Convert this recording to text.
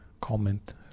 comment